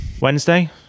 Wednesday